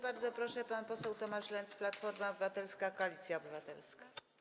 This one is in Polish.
Bardzo proszę, pan poseł Tomasz Lenz, Platforma Obywatelska - Koalicja Obywatelska.